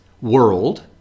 world